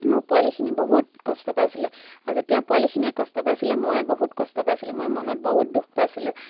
মোৰ পোৱালিখিনি বহুত কষ্ট পাইছিলে আৰু যেতিয়া পোৱালিখিনিয়ে কষ্ট পাইছিলে মই বহুত কষ্ট পাইছিলোঁ মই মনত বহুত দুখ পাইছিলোঁ